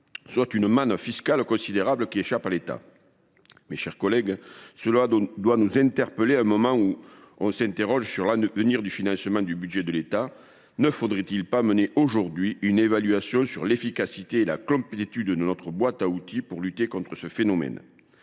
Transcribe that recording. Une manne fiscale considérable échappe donc à l’État. Mes chers collègues, cela doit nous interpeller au moment où nous nous interrogeons sur l’avenir du financement du budget de l’État. Ne faudrait il pas mener aujourd’hui une évaluation de l’efficacité et du caractère complet de notre boîte à outils pour lutter contre ce phénomène ?